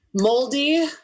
moldy